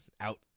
Out